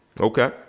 Okay